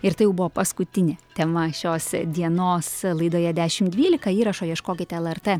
ir tai jau buvo paskutinė tema šios dienos laidoje dešim dvylika įrašo ieškokite lrt